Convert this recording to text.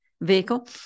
vehicle